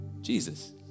Jesus